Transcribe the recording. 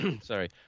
Sorry